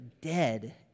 dead